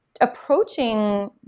approaching